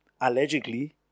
allegedly